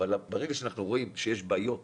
אבל ברגע שאנחנו רואים שיש בעיות